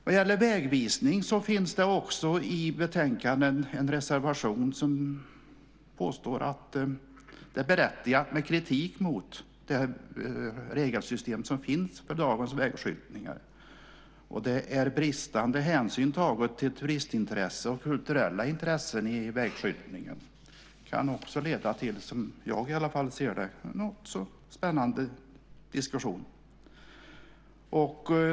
Vad gäller vägvisning finns det i betänkandet en reservation där man påstår att det är berättigat med kritik mot det regelsystem som finns för dagens vägskyltning. Det är bristande hänsyn till turistintressen och kulturella intressen i vägskyltningen. Det kan också leda, som jag ser det, till en spännande diskussion.